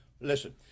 listen